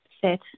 set